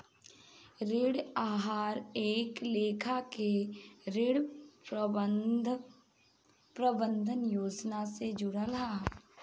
ऋण आहार एक लेखा के ऋण प्रबंधन योजना से जुड़ल हा